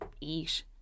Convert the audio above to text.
eat